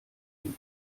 ihm